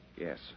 Yes